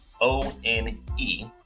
O-N-E